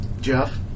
Jeff